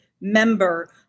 member